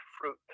fruit